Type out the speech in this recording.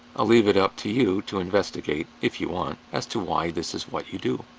i'll leave it up to you to investigate, if you want, as to why this is what you do.